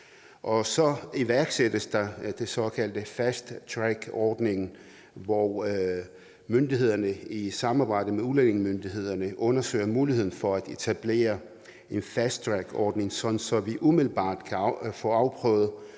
så iværksættes der den såkaldte fast track-ordning, hvor myndighederne i samarbejde med udlændingemyndighederne undersøger muligheden for at etablere en fast track-ordning, sådan at vi umiddelbart kan få afprøvet,